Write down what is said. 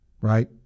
right